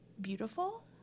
beautiful